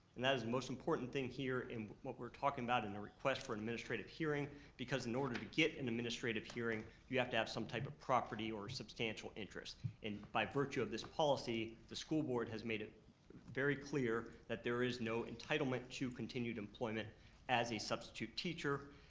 and that is the most important thing here in what we're talking about in the request for an administrative hearing because in order to get an administrative hearing, you have to have some type of property or substantial interest, and by virtue of this policy, the school board has made it very clear that there is no entitlement to continued employment as a substitute teacher.